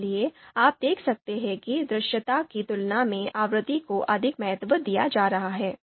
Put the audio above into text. इसलिए आप देख सकते हैं कि दृश्यता की तुलना में आवृत्ति को अधिक महत्व दिया जा रहा है